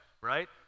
right